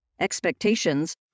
Expectations